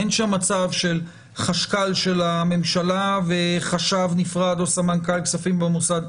אין שם מצב של חשכ"ל של הממשלה וחשב נפרד או סמנכ"ל כספים במוסד.